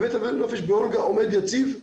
בבית הנופש באולגה היא עומדת יציב.